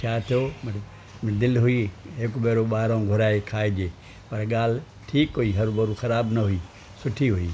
छा थियो दिलि हुई हिकु भेरो ॿाहिरि घुराए खाइजे पर ॻाल्हि ठीक हुई हरू भरू ख़राबु न हुई सुठी हुई